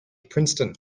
princeton